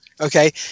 Okay